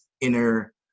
inner